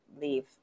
leave